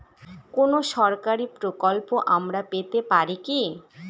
কোন সরকারি প্রকল্প আমরা পেতে পারি কি?